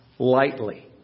lightly